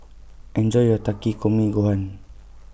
Enjoy your Takikomi Gohan